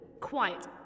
quiet